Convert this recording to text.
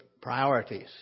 priorities